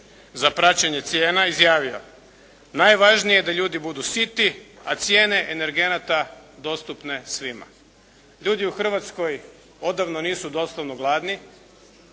za praćenje cijena izjavio: "Najvažnije je da ljudi budu siti, a cijene energenata dostupne svima." Ljudi u Hrvatskoj odavno nisu doslovno gladni